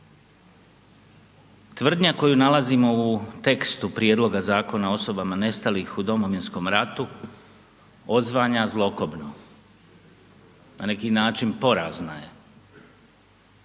Tvrdnja koju nalazimo u tekstu prijedloga Zakona o osobama nestalih u Domovinskom ratu, odzvanja zlokobno. Na neki način porazna je.